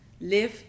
Live